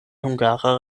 hungara